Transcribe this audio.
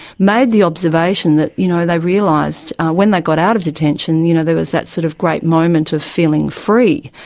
made the observation that you know they realised when they got out of detention you know there was that sort of great moment of feeling free,